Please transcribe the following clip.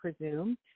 presume